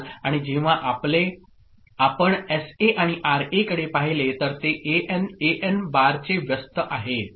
आणि जेव्हा आपले आपण एसए आणि आरएकडे पाहिले तर ते एएन एएन बारचे व्यस्त आहे